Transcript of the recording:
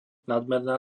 nadmerná